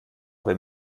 wenn